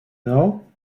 know